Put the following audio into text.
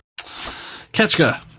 Ketchka